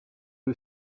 who